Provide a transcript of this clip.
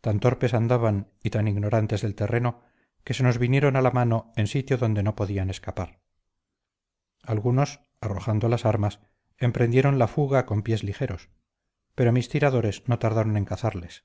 tan torpes andaban y tan ignorantes del terreno que se nos vinieron a la mano en sitio donde no podían escapar algunos arrojando las armas emprendieron la fuga con pies ligeros pero mis tiradores no tardaron en cazarles